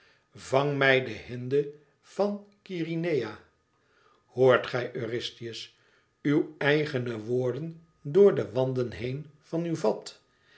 vang mij de hinde van keryneia hoort gij eurystheus uw eigene woorden door de wanden heen van uw vat